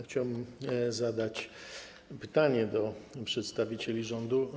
Chciałbym zadać pytanie przedstawicielom rządu.